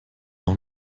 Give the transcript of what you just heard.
auch